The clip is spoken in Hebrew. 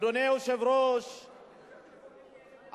אדוני היושב-ראש,